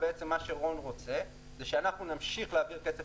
רון רוצה שאנחנו נמשיך להעביר כסף